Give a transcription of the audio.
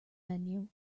menu